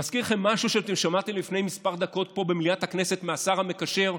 מזכיר לכם משהו שאתם שמעתם לפני מספר דקות פה במליאת הכנסת מהשר המקשר,